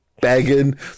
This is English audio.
begging